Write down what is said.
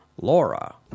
Laura